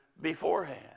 beforehand